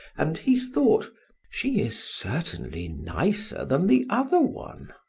and he thought she is certainly nicer than the other one.